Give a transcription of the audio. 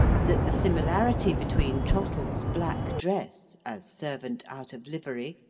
that the similarity between trottle's black dress, as servant out of livery,